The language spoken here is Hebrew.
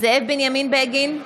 זאב בנימין בגין,